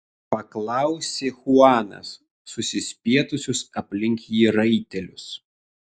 paklausė chuanas susispietusius aplink jį raitelius